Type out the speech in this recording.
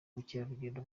ubukerarugendo